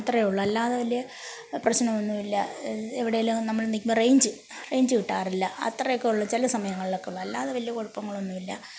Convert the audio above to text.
അത്രയും ഉള്ളു അല്ലാതെ വലിയ പ്രശനമൊന്നുല്ല എവിടേലും നമ്മള് നിക്ക് റെയ്ഞ്ച് റെയ്ഞ്ച് കിട്ടാറില്ല അത്രയും ഒക്കെ ഉള്ളു ചില സമയങ്ങൾല് അല്ലാതെ വലിയ കുഴപ്പങ്ങളൊന്നുമില്ല